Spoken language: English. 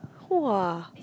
!wah!